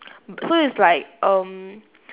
so it's like um